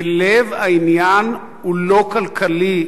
ולב העניין הוא לא כלכלי,